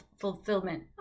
fulfillment